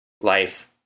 life